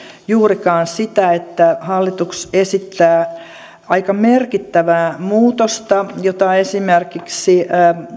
juurikaan sitä että hallitus esittää aika merkittävää muutosta jota esimerkiksi